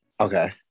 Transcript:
Okay